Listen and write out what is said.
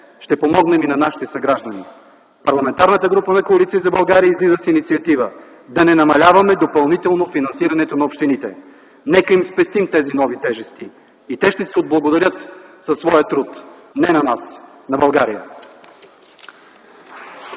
ще помогнем и на нашите съграждани. Парламентарната група на Коалиция за България излиза с инициатива – „Да не намаляваме допълнително финансирането на общините”. Нека им спестим нови тежести и те ще се отблагодарят със своя труд – не на нас, а на България!